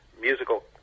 musical